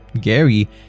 Gary